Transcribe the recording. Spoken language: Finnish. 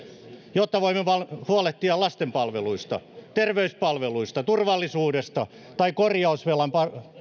jotta voimme huolehtia lasten palveluista terveyspalveluista turvallisuudesta tai korjausvelan